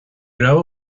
raibh